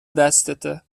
دستته